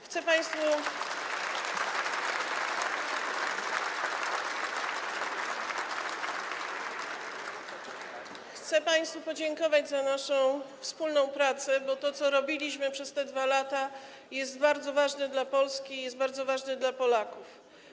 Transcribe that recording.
Chcę państwu podziękować za naszą wspólną pracę, bo to, co robiliśmy przez te 2 lata, jest bardzo ważne dla Polski i jest bardzo ważne dla Polaków.